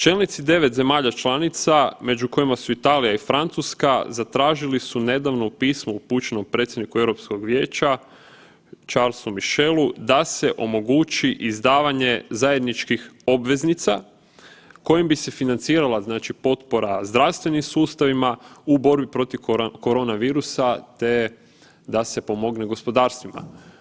Čelnici 9 zemalja članica među kojima su Italija i Francuska zatražili su nedavno u pismu upućenom predsjedniku Europskog vijeća Charlesu Michelu da se omogući izdavanje zajedničkih obveznica kojim bi se financirala znači potpora zdravstvenim sustavima u borbi protiv korona virusa te da se pomogne gospodarstvima.